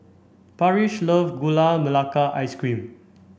Parrish love Gula Melaka Ice Cream